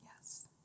yes